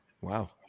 wow